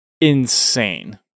insane